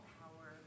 power